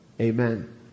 amen